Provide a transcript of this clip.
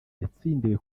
yatsindiwe